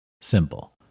Simple